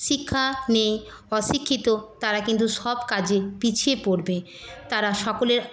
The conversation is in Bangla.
শিক্ষা নেই অশিক্ষিত তারা কিন্তু সব কাজে পিছিয়ে পড়বে তারা সকলের